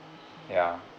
ya